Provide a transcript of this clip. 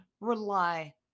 rely